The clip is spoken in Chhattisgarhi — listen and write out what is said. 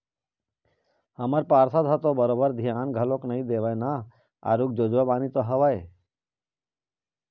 हमर पार्षद ह तो बरोबर धियान घलोक नइ देवय ना आरुग जोजवा बानी तो हवय